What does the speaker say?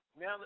Now